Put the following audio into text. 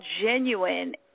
genuine